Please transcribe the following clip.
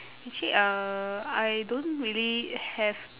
actually uh I don't really have